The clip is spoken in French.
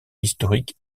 historique